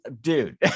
dude